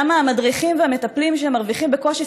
למה המדריכים והמטפלים שם מרוויחים בקושי